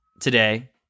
today